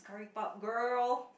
rip up girl